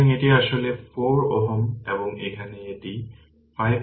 সুতরাং এটি আসলে 4 Ω এবং এখানে এটি 510